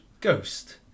ghost